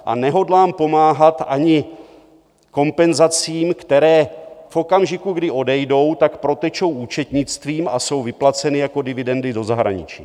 A nehodlám pomáhat ani kompenzacím, které v okamžiku, kdy odejdou, protečou účetnictvím a jsou vyplaceny jako dividendy do zahraničí.